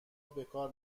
بکار